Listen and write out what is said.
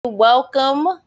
Welcome